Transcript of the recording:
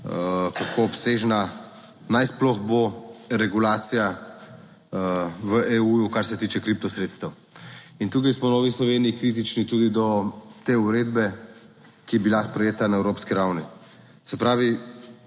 kako obsežna naj sploh bo regulacija v EU, kar se tiče kripto sredstev in tukaj smo v Novi Sloveniji kritični tudi do te uredbe, ki je bila sprejeta na evropski ravni, se pravi,